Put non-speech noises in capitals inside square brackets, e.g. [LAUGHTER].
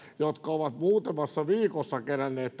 jotka ovat muutamassa viikossa keränneet [UNINTELLIGIBLE]